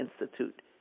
Institute